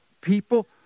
people